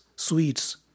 Sweets